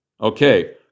Okay